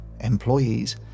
employees